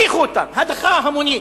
הדיחו אותם הדחה המונית